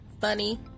Funny